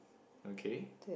okay